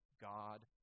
God